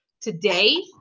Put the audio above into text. today